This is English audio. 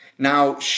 Now